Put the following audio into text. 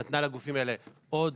שנתנה לגופים האלה עוד